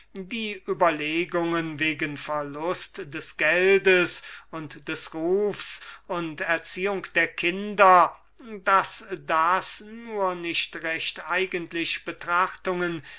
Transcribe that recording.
die überlegungen wegen verlust des geldes und des rufs und erziehung der kinder sollten das nur nicht recht eigentlich betrachtungen